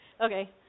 Okay